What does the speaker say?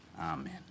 Amen